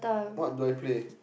what do I play